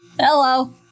Hello